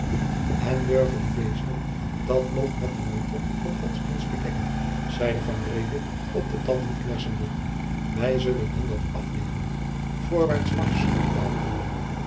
en durven die beesten dat nog met den mantel van godsdienst bedekken zeide van reede op de tanden knersende wij zullen hun dat afleeren voorwaarts